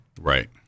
Right